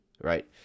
right